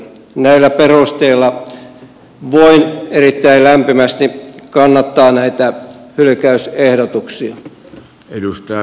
näillä perusteilla voin erittäin lämpimästi kannattaa näitä hylkäysehdotuksia